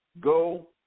Go